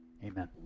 Amen